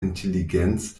intelligenz